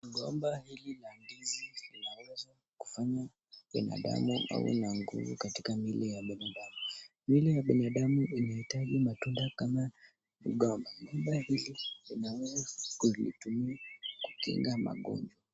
Mgomba hili la ndizi, inaweza kufanya binadamu awe na nguvu katika mili ya mwanadamu, mili ya binadamu inahitaji matunda kama, mgomba, mgomba hizi unaweza kulitumia kukinga magonjwa.